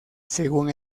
según